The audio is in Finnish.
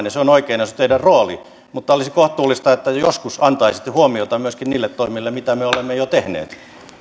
ja se on oikein se on teidän roolinne mutta olisi kohtuullista että joskus antaisitte huomiota myöskin niille toimille mitä me olemme jo tehneet